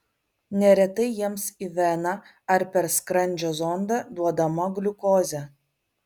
neretai jiems į veną ar per skrandžio zondą duodama gliukozė